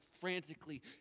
frantically